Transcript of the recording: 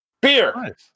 Beer